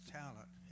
talent